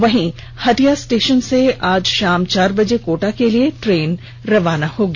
वहीं हटिया स्टेशन से आज शाम चार बजे कोटा के लिए ट्रेन रवाना होगी